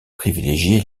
privilégié